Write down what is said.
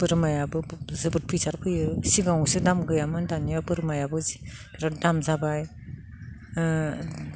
बोरमायाबो जोबोद फैसा फैयो सिगाङावसो दाम गैयामोन दानिया बोरमायाबो जि बिरात दाम जाबाय